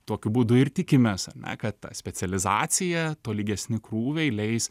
tokiu būdu ir tikimės ar ne kad ta specializacija tolygesni krūviai leis